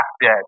dead